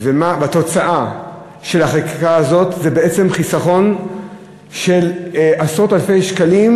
והתוצאה של החקיקה הזאת היא בעצם חיסכון של עשרות-אלפי שקלים,